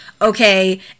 okay